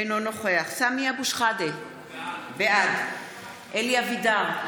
אינו נוכח סמי אבו שחאדה, בעד אלי אבידר,